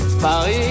Paris